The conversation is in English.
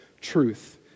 truth